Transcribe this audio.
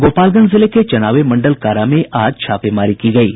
गोपालगंज जिले के चनावे मंडल कारा में आज छापेमारी की गयी